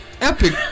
epic